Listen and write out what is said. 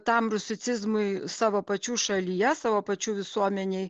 tam rusicizmui savo pačių šalyje savo pačių visuomenėj